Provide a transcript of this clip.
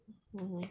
mmhmm